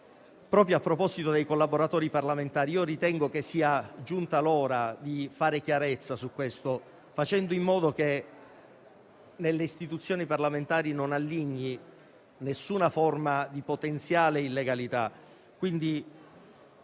A proposito dei collaboratori parlamentari, ritengo che sia giunta l'ora di fare chiarezza su questo punto, facendo in modo che nelle istituzioni parlamentari non alligni nessuna forma di potenziale illegalità.